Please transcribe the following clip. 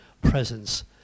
presence